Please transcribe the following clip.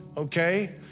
Okay